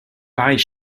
pareilles